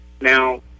Now